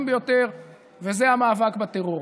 שזה המאבק בטרור.